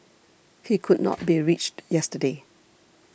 he could not be reached yesterday